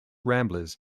ramblers